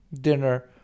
dinner